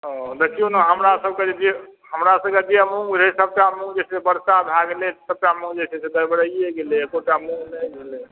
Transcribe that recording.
ओ देखियो ने हमरा सबके जे हमरा सबके जे मूंग रहै सब टा मूंग जे छै से बरसा भए गेलै सब टा मूंग जे छै से गड़बड़ाइयै गेलै एक्को टा मूंग नहि भेलै